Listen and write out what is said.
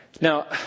Now